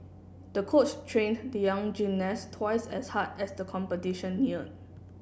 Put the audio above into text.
the coach trained the young gymnast twice as hard as the competition near